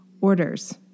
orders